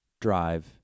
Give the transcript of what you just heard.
drive